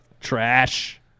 Trash